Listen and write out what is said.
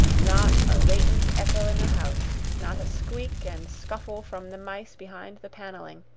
not a latent echo in the house, not a squeak and scuffle from the mice behind the panelling,